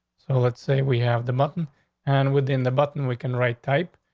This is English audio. so let's say we have the mutton and within the button we can write type.